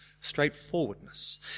straightforwardness